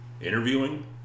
interviewing